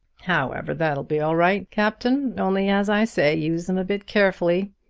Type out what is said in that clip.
however, that'll be all right, captain, only, as i say, use them a bit carefully.